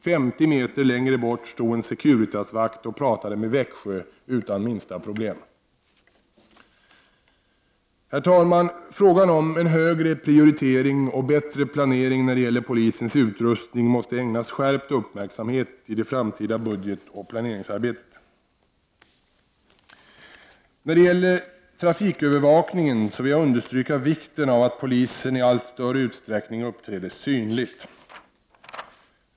50 meter längre bort stod en Securitasvakt och pratade med Växjö utan minsta problem. Herr talman! Frågan om en högre prioritering och bättre planering av polisens utrustning måste ägnas skärpt uppmärksamhet i det framtida budgetoch planeringsarbetet. När det gäller trafikövervakningen vill jag understryka vikten av att polisen i allt större utsträckning uppträder synligt.